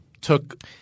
took